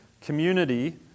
community